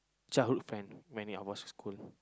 childhood friend mainly I was school